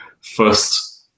first